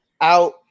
out